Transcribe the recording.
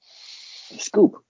Scoop